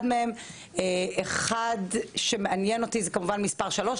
מהם אחד שמעניין אותי הוא מאפיין מספר שלוש,